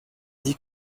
dit